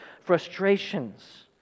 frustrations